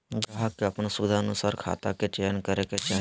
ग्राहक के अपन सुविधानुसार खाता के चयन करे के चाही